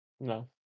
No